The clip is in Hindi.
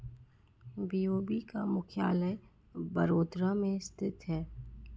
बी.ओ.बी का मुख्यालय बड़ोदरा में स्थित है